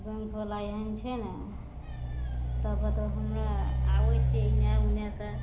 बैंकवला एहन छै ने तऽ कहतौ हमरा आबय छियै इने उनेसँ